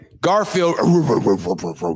Garfield